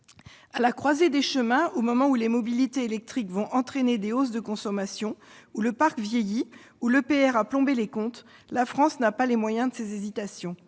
À la croisée des chemins, au moment où les mobilités électriques vont entraîner des hausses de consommation, où le parc vieillit, où l'EPR a plombé les comptes, la France n'a pas les moyens de ses hésitations.